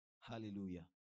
Hallelujah